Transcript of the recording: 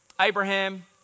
Abraham